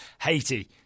Haiti